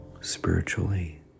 spiritually